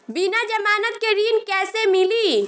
बिना जमानत के ऋण कैसे मिली?